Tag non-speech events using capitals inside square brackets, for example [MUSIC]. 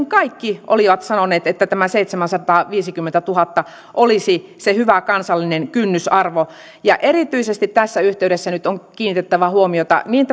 [UNINTELLIGIBLE] kaikki asiantuntijat olivat sanoneet että tämä seitsemänsataaviisikymmentätuhatta olisi se hyvä kansallinen kynnysarvo erityisesti tässä yhteydessä nyt on kiinnitettävä huomiota niin [UNINTELLIGIBLE]